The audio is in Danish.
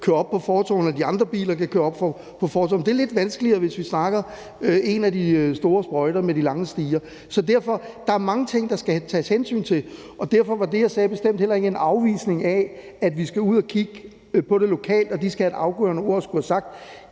køre op på fortovet, og de andre biler kan køre op på fortovet, men det er lidt vanskeligere, hvis vi snakker om en af de store sprøjter med de lange stiger. Derfor er der mange ting, der skal tages hensyn til, og derfor var det, jeg sagde, bestemt heller ikke en afvisning af, at vi skal ud og kigge på det lokalt, og at de skal have et afgørende ord at skulle have sagt.